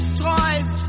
toys